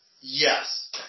yes